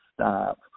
stop